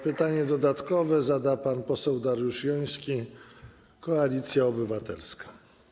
Pytanie dodatkowe zada pan poseł Dariusz Joński, Koalicja Obywatelska.